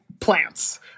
plants